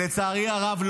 לצערי הרב,